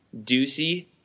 Ducey